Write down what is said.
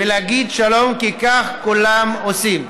כי כך כולם עושים.